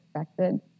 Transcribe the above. expected